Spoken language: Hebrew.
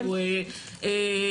זה לא אצלי, זה אצלם.